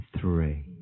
Three